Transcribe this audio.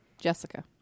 Jessica